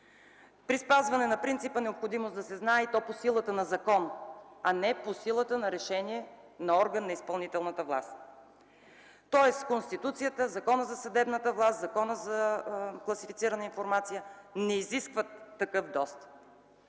при спазване на принципа „необходимост да се знае”, и то по силата на закон, а не по силата на решение на орган на изпълнителната власт. Тоест Конституцията, Законът за съдебната власт и Законът за защита на класифицираната информация не изискват такъв достъп.